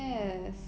ya